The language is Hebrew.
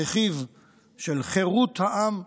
הרכיב של חירות העם,